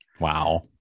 Wow